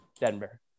Denver